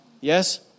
Yes